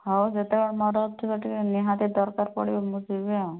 ହଉ ଯେତେବେଳେ ମୋର ଥିବ ଟିକେ ନିହାତି ଦରକାର ପଡ଼ିବ ମୁଁ ଯିବି ଆଉ